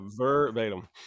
verbatim